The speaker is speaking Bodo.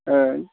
ओं